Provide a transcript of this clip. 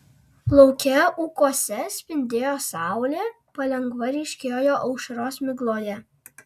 lauke ūkuose spindėjo saulė palengva ryškėjo aušros migloje